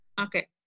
Okay